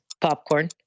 Popcorn